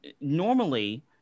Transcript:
normally